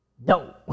No